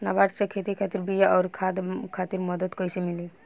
नाबार्ड से खेती खातिर बीया आउर खाद खातिर मदद कइसे मिली?